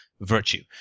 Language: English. virtue